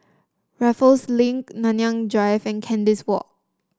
Raffles Link Nanyang Drive and Kandis Walk